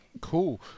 Cool